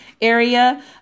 area